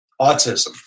autism